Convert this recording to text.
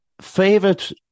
Favorite